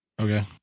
Okay